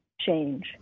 change